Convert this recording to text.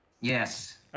Yes